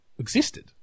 existed